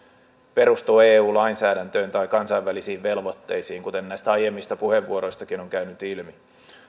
perustu eu lainsäädäntöön tai kansainvälisiin velvoitteisiin kuten näistä aiemmista puheenvuoroistakin on käynyt ilmi